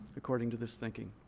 according to this thinking,